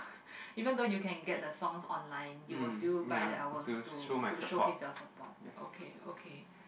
even though you can get the songs online you'll still buy the albums to to showcase your support okay okay